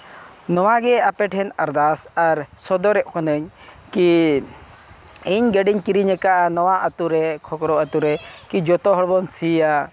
ᱱᱚᱣᱟ ᱜᱮ ᱟᱯᱮ ᱴᱷᱮᱱ ᱟᱨᱫᱟᱥ ᱟᱨ ᱥᱚᱫᱚᱨᱮᱜ ᱠᱟᱹᱱᱟᱹᱧ ᱠᱤ ᱤᱧ ᱜᱟᱹᱰᱤᱧ ᱠᱤᱨᱤᱧ ᱟᱠᱟᱫᱼᱟ ᱱᱚᱣᱟ ᱟᱹᱛᱩ ᱨᱮ ᱠᱷᱚᱠᱨᱚ ᱟᱹᱛᱩ ᱨᱮ ᱠᱤ ᱡᱚᱛᱚ ᱦᱚᱲ ᱵᱚᱱ ᱥᱤᱭᱟ